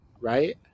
right